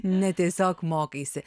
ne tiesiog mokaisi